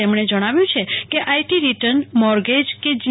તેમણે જણાવ્યું છે કે આઇ ટી રિટર્ન મોર્ગેજકે જી